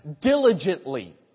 diligently